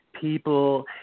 people